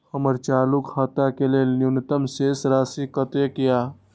हमर चालू खाता के लेल न्यूनतम शेष राशि कतेक या?